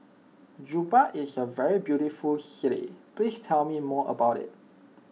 Juba is a very beautiful city please tell me more about it